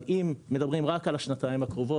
אבל אם מדברים רק על השנתיים הקרובות